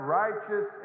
righteous